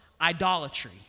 idolatry